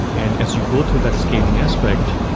and as you go through that scaling aspect,